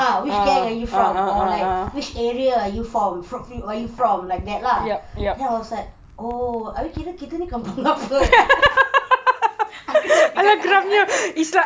ah which gang are you from or like which area are you from you from like that lah then I was like oh abeh kira kita ni kampung apa aku tanya kakak angkat aku